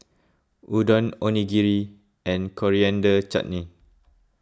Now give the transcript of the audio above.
Udon Onigiri and Coriander Chutney